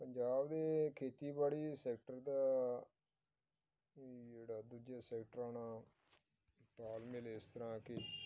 ਪੰਜਾਬ ਦੇ ਖੇਤੀਬਾੜੀ ਸੈਕਟਰ ਦਾ ਜਿਹੜਾ ਦੂਜੇ ਸੈਕਟਰਾਂ ਨਾਲ ਤਾਲ ਮੇਲ ਇਸ ਤਰ੍ਹਾਂ ਕਿ